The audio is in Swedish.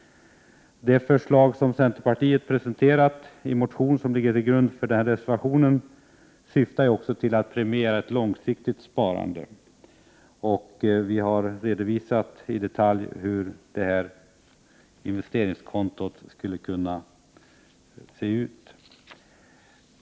Det förslag som centern presenterat i den motion som ligger till grund för reservation 5 syftar till att premiera ett långsiktigt sparande. Vi har i detalj redovisat hur investeringskontot skulle kunna fungera.